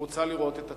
רוצה לראות את עצמה,